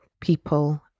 people